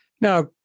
Now